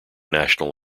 national